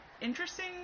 interesting